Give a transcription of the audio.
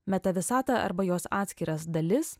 meta visatą arba jos atskiras dalis